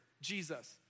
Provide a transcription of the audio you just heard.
Jesus